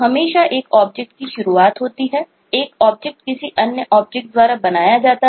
हम object model ही है